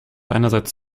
einerseits